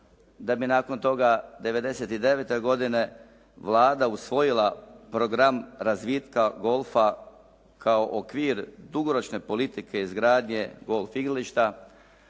da bi nakon toga '99. godine Vlada usvojila program razvitka golfa kao okvir dugoročne politike izgradnje golf igrališta,